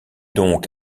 donc